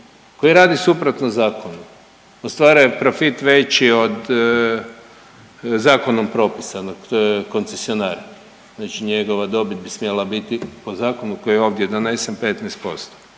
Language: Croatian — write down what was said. koji radi suprotno zakonu, ostvaruje profit veći od zakonom propisanog, to je koncesionar, znači njegova dobit bi smjela biti po zakonu koji je ovdje donesen